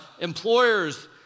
Employers